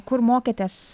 kur mokėtės